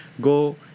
Go